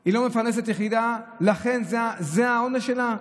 היא לא מפרנסת יחידה, לכן זה העונש שלה?